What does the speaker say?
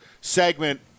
segment